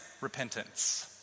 repentance